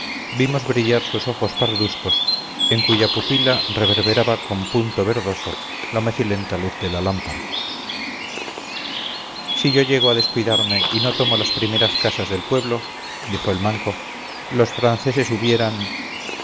vimos brillar sus ojos parduscos en cuya pupila reverberaba con punto verdoso la macilenta luz de la lámpara si yo llego a descuidarme y no tomo las primeras casas del pueblo dijo el manco los franceses hubieran